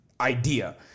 idea